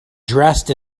dressed